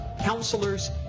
counselors